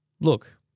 Look